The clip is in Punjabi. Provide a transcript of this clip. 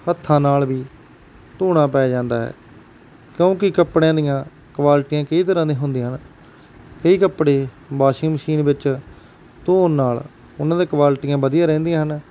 ਹੱਥਾਂ ਨਾਲ ਵੀ ਧੋਣਾ ਪੈ ਜਾਂਦਾ ਹੈ ਕਿਉਂਕਿ ਕੱਪੜਿਆਂ ਦੀਆਂ ਕੁਆਲਿਟੀਆਂ ਕਈ ਤਰ੍ਹਾਂ ਦੀਆਂ ਹੁੰਦੀਆਂ ਹਨ ਕਈ ਕੱਪੜੇ ਵਸ਼ਿੰਗ ਮਸ਼ੀਨ ਵਿੱਚ ਧੋਣ ਨਾਲ ਉਹਨਾਂ ਦੇ ਕੁਆਲਿਟੀਆਂ ਵਧੀਆ ਰਹਿੰਦੀਆਂ ਹਨ